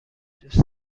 دوست